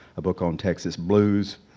a book on texas blues,